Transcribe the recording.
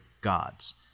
gods